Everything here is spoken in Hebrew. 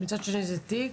ומצד שני זה תיק,